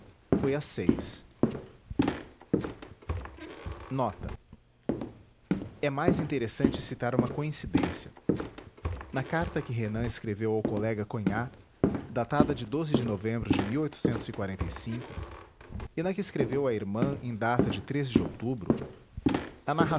isso é mais interessante citar uma coincidência na carta que renan escreveu ao colega cognat datada de de novembro de e na que escreveu à irmã em data de de outubro